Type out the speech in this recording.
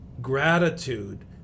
gratitude